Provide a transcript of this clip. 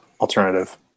alternative